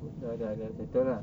dah dah settle lah